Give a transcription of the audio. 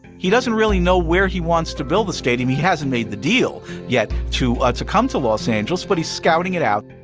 he doesn't really know where he wants to build the stadium. he hasn't made the deal, yet, to ah to come to los angeles, but he's scouting it out.